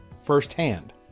firsthand